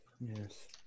Yes